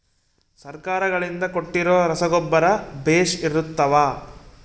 ಸರ್ಕಾರಗಳಿಂದ ಕೊಟ್ಟಿರೊ ರಸಗೊಬ್ಬರ ಬೇಷ್ ಇರುತ್ತವಾ?